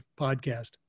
podcast